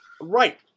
Right